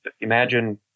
Imagine